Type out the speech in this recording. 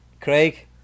Craig